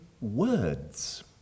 words